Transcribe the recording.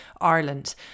Ireland